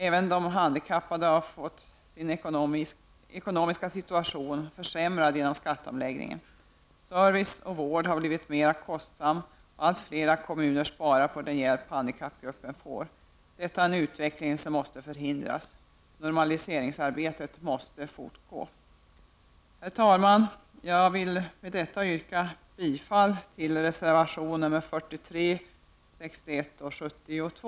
Även de handikappade har fått en sämre ekonomisk situation genom skatteomläggningen. Service och vård har blivit mera kostsamma, och allt fler kommuner sparar in när det gäller hjälpen till gruppen handikappade. Det är en utveckling som måste förhindras. Normaliseringsarbetet måste fortgå. Herr talman! Med detta yrkar jag bifall till reservationerna 43, 61 och 72.